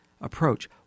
approach